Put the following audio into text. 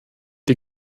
die